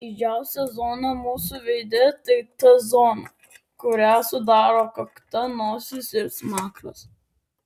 didžiausia zona mūsų veide tai t zona kurią sudaro kakta nosis ir smakras